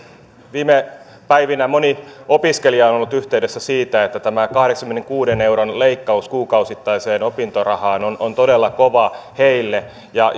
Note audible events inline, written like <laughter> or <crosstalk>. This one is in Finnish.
viime päivinä moni opiskelija on ollut yhteydessä siitä että tämä kahdeksankymmenenkuuden euron leikkaus kuukausittaiseen opintorahaan on on todella kova heille ja <unintelligible>